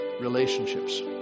relationships